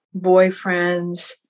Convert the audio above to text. boyfriends